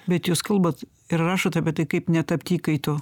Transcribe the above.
bet jūs kalbat ir rašot apie tai kaip netapt įkaitu